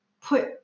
put